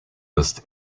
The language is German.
ist